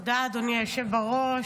תודה, אדוני היושב בראש.